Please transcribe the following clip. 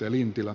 puhemies